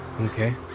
okay